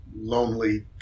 lonely